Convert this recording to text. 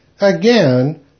Again